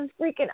freaking